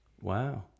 Wow